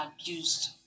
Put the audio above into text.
abused